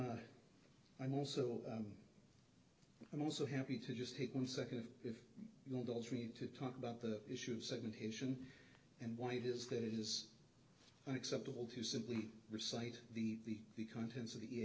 a i'm also i'm also happy to just take one second if you want me to talk about the issue of segmentation and why it is that it is acceptable to simply recite the the contents of the